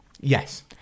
Yes